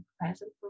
present